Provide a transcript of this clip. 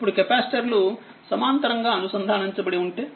ఇప్పుడుకెపాసిటర్లు సమాంతరముగా అనుసంధానించబడి ఉంటే